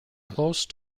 close